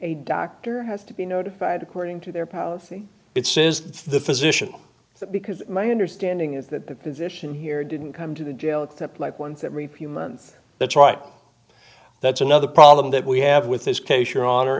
a doctor has to be notified according to their policy it says the physician because my understanding is that position here didn't come to the jail except like ones that repeat month that's right that's another problem that we have with this case your honor